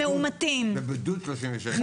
אה בבידוד סליחה.